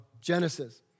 Genesis